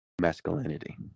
masculinity